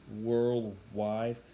worldwide